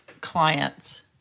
clients